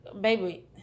baby